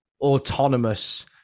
autonomous